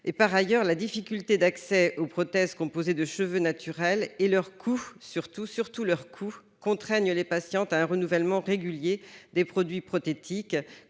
Par ailleurs, la difficulté d'accès aux prothèses composées de cheveux naturels et leur coût contraignent les patientes à un renouvellement régulier des produits prothétiques,